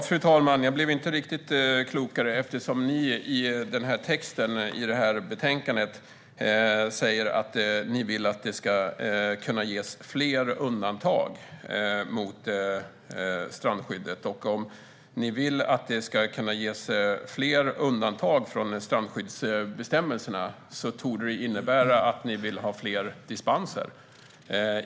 Fru talman! Jag blev inte mycket klokare. Ni säger i betänkandet att ni vill att det ska ges fler undantag från strandskyddet. Om ni vill att det ska ges fler undantag från strandskyddsbestämmelserna torde det innebära att ni vill ha fler dispenser.